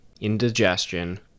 indigestion